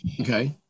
Okay